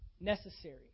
necessary